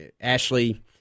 Ashley